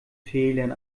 fehlern